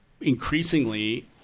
increasingly